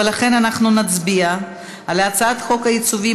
ולכן אנחנו נצביע על הצעת חוק העיצובים,